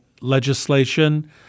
legislation